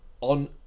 on